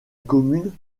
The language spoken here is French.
commune